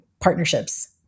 partnerships